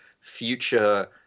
future